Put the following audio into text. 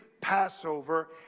Passover